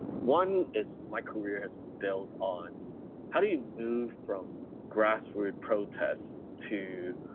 one is my career has been built on how do you move from grassroot protests to